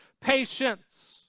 Patience